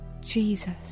Jesus